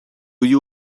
you